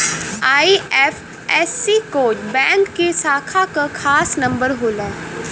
IFSC code bank के शाखा क खास नंबर होला